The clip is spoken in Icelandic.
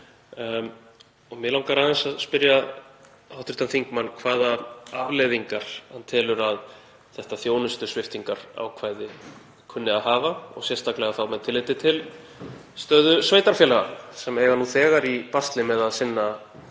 Mig langar að spyrja hv. þingmann hvaða afleiðingar hann telur að þetta þjónustusviptingarákvæði kunni að hafa og sérstaklega með tilliti til stöðu sveitarfélaga. Þau eiga nú þegar í basli með að sinna